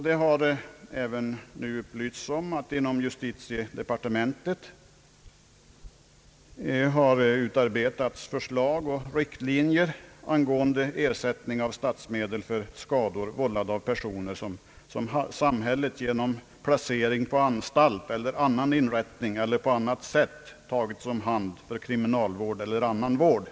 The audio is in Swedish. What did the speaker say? Det har nu även upplysts om att inom justitiedepartementet har utarbetats förslag och riktlinjer angående ersättning av statsmedel för skador vållade av personer som samhället genom placering på anstalt eller annan inrättning eller på annat sätt tagit om hand för kriminalvård eller annan vård.